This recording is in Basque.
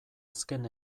azken